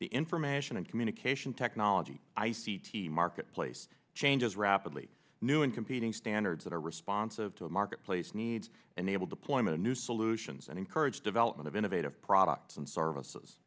the information and communication technology i c t marketplace changes rapidly new and competing standards that are responsive to the marketplace needs and able to point to new solutions and encourage development of innovative products and services